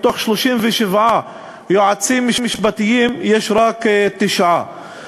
מ-37 יועצים משפטיים יש רק תשעה.